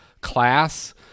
class